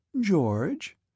George